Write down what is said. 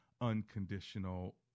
unconditional